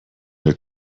der